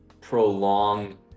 prolong